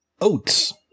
oats